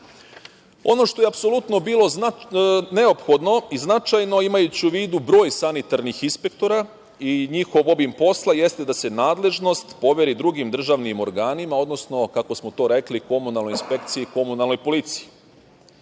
što je apsolutno bilo neophodno i značajno, imajući u vidu broj sanitarnih inspektora i njihov obim posla, jeste da se nadležnost poveri drugim državnim organima, odnosno, kako smo to rekli, komunalnoj inspekciji i komunalnoj policiji,